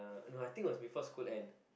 no I think it was before school end